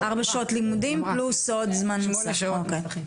ארבע שעות לימודים פלוס עוד זמן מסך, אוקי.